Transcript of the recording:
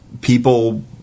people